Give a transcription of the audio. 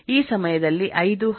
ಈ ಸಮಯದಲ್ಲಿ 5 10 2